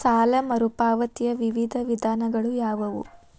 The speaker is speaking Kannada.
ಸಾಲ ಮರುಪಾವತಿಯ ವಿವಿಧ ವಿಧಾನಗಳು ಯಾವುವು?